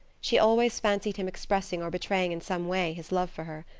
she always fancied him expressing or betraying in some way his love for her.